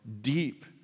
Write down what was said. deep